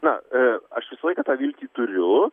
na aš visą laiką tą viltį turiu